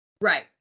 Right